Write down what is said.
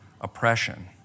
oppression